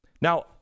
Now